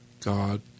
God